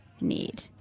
need